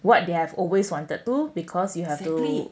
what they have always wanted to because you have to wait